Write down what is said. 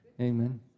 Amen